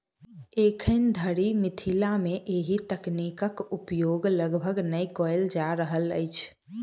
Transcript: एखन धरि मिथिला मे एहि तकनीक उपयोग लगभग नै कयल जा रहल अछि